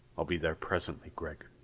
i'll be there presently, gregg.